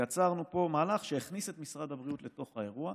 יצרנו פה מהלך שהכניס את משרד הבריאות לתוך האירוע,